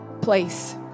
place